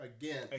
again